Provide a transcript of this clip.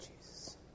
Jesus